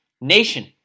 nation